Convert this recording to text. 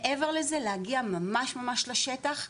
מעבר לזה להגיע ממש ממש לשטח,